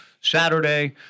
Saturday